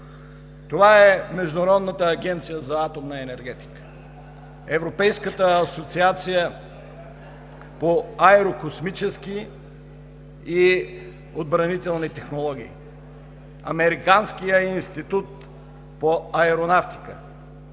Това са: Международната агенция за атомна енергетика, Европейската асоциация по аерокосмически и отбранителни технологии, Американският институт по аеронавтика,